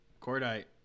Cordite